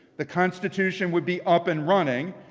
the constitution would be up and running,